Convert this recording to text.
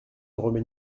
remet